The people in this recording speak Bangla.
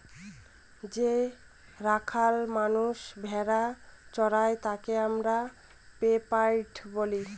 যে রাখাল মানষ ভেড়া চোরাই তাকে আমরা শেপার্ড বলি